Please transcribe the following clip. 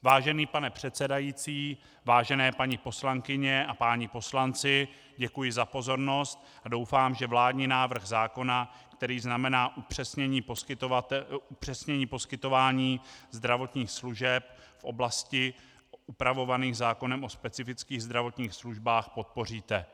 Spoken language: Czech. Vážený pane předsedající, vážené paní poslankyně a páni poslanci, děkuji za pozornost a doufám, že vládní návrh zákona, který znamená upřesnění poskytování zdravotních služeb v oblastech upravovaných zákonem o specifických zdravotních službách, podpoříte.